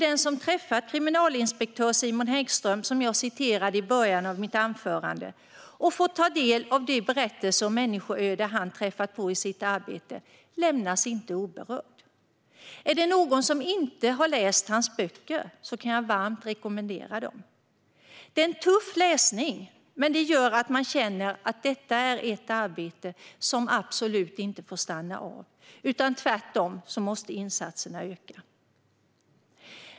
Den som har träffat kriminalinspektör Simon Häggström, som jag citerade i början av mitt anförande, och har fått ta del av de berättelser och människoöden han har träffat på i sitt arbete lämnas inte oberörd. Om det finns någon som inte har läst hans böcker kan jag varmt rekommendera dem. Det är tuff läsning, men man känner att detta är ett arbete som absolut inte får stanna av. Tvärtom måste insatserna öka.